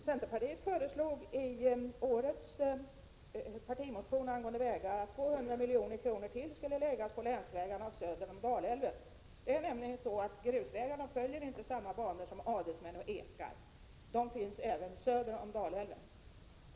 Herr talman! Vi i centerpartiet har i årets partimotion angående vägar föreslagit att ytterligare 200 milj.kr. anslås till länsvägarna söder om Dalälven. Det är nämligen så, att grusvägarna inte följer samma banor som adelsmän och ekar, utan de finns även söder om Dalälven.